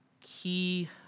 key